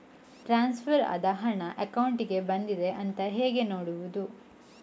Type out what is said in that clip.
Transfer ಆದ ಹಣ ಅಕೌಂಟಿಗೆ ಬಂದಿದೆ ಅಂತ ಹೇಗೆ ನೋಡುವುದು?